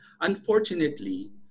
Unfortunately